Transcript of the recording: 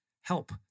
help